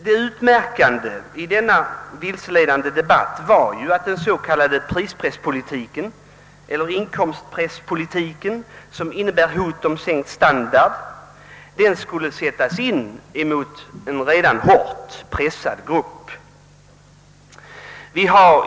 Det utmärkande i denna vilseledande debatt var att den s.k. prispresseller inkomstpresspolitiken, som innebär hot om sänkt standard, skulle sättas in emot en redan hårt pressad grupp.